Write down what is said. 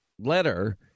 letter